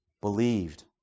believed